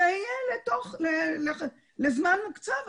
זה יהיה לזמן מוקצב,